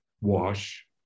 wash